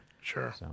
Sure